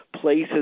places